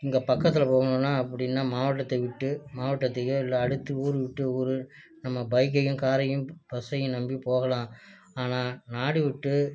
இங்கே பக்கத்தில் போகணுனா அப்படின்னா மாவட்டத்தை விட்டு மாவட்டத்துக்கோ இல்லை அடுத்து ஊர் விட்டு ஊர் நம்ம பைக்கையும் காரையும் பஸ்ஸையும் நம்பி போகலாம் ஆனா நாடு விட்டு